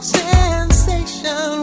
sensation